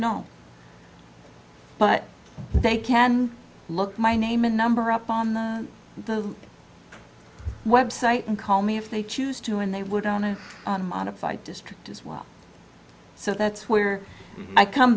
no but they can look my name and number up on the the website and call me if they choose to and they would on a modified district as well so that's where i come